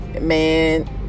man